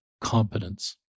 competence